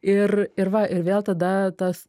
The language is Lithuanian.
ir ir va ir vėl tada tas